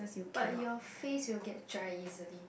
but your face you will get dry easily